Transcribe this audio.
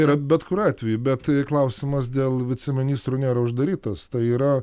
tai yra bet kuriuo atveju bet klausimas dėl viceministrų nėra uždarytas tai yra